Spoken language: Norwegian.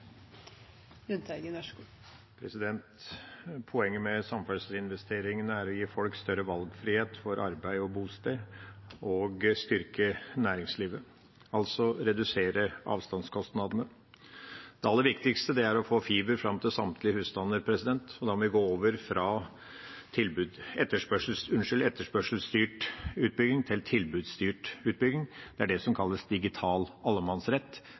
å gi folk større valgfrihet for arbeid og bosted og å styrke næringslivet – altså redusere avstandskostnadene. Det aller viktigste er å få fiber fram til samtlige husstander. Da må vi gå over fra etterspørselsstyrt utbygging til tilbudsstyrt utbygging. Det er det som kalles digital allemannsrett.